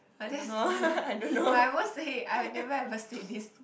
like this but I would say I never ever said this